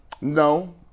no